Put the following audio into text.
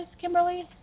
Kimberly